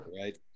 right